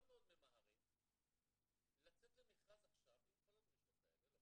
מאוד מאוד ממהרים לצאת למכרז עכשיו עם חלק גדול מהדרישות האלה,